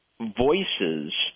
voices